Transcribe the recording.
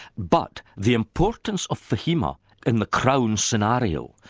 but the importance of fahima in the crown scenario,